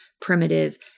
primitive